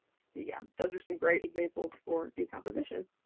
yeah. those are some great examples for decomposition.